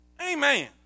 Amen